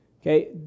Okay